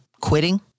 quitting